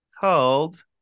called